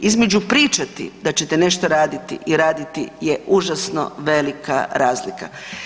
Između pričati da ćete nešto raditi i raditi je užasno velika razlika.